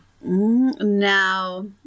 Now